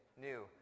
new